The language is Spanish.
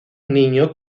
niño